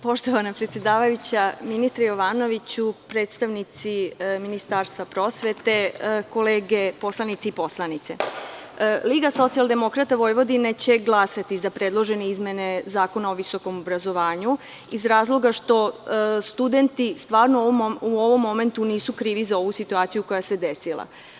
Poštovana predsedavajuća, ministre Jovanoviću, predstavnici Ministarstvo prosvete, kolege poslanici i poslanice, LSV će glasati za predložene izmene Zakona o visokom obrazovanju iz razloga što studenti u ovom momentu nisu krivi za situaciju koja se desila.